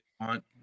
want